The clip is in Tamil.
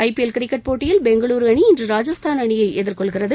ஐபிஎல் கிரிக்கெட் போட்டியில் பெங்களூரு அணி இன்று ராஜஸ்தான் அணியை எதிர்கொள்கிறது